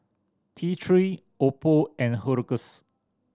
T Three Oppo and Hiruscar